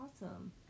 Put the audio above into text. awesome